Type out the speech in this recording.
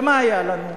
ומה היה לנו?